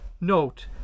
Note